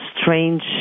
strange